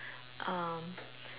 um